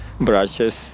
brushes